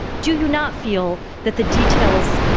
do you not feel that the details,